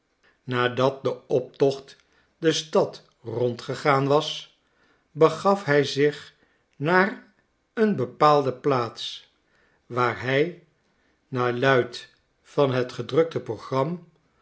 nadat de optocht de stad rondgegaan was begaf hij zich naar een bepaalde plaats waar hij naar luid van t gedrukte program